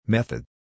Method